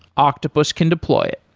octopus can deploy it.